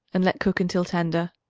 and let cook until tender.